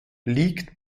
liegt